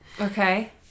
Okay